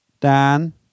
Dan